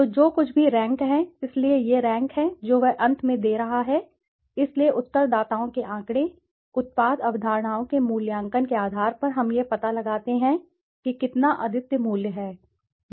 तो जो कुछ भी रैंक है इसलिए ये रैंक हैं जो वह अंत में दे रहा है इसलिए उत्तरदाताओं के आंकड़े उत्पाद अवधारणाओं के मूल्यांकन के आधार पर हम यह पता लगाते हैं कि कितना अद्वितीय मूल्य है